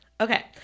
Okay